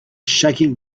shaking